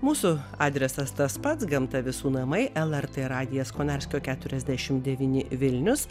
mūsų adresas tas pats gamta visų namai lrt radijas konarskio keturiasdešim devyni vilnius